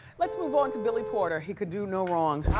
let's move on to billy porter. he could do no wrong.